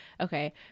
Okay